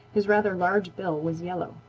his rather large bill was yellow.